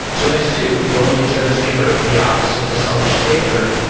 so that's two, the overly generous giver and the opposite, the selfish taker.